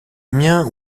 amiens